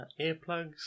earplugs